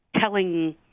telling